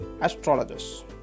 astrologers